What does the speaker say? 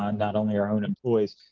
ah not only our own employees.